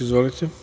Izvolite.